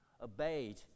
obeyed